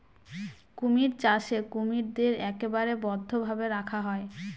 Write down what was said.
কুমির চাষে কুমিরদের একেবারে বদ্ধ ভাবে রাখা হয়